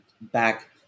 back